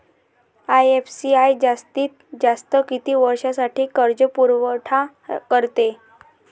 IFCI जास्तीत जास्त किती वर्षासाठी कर्जपुरवठा करते?